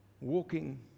walking